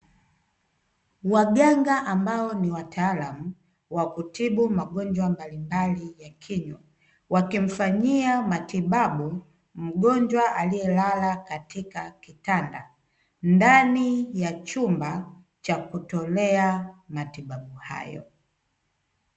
Waganga ambao ni wataalamu wa kutibu magonjwa mbalimbali ya kinywa, wakimfanyia matibabu mgonjwa aliyelala ndani ya chumba cha kutolea matibabu hayo.